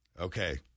Okay